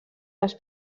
les